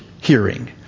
hearing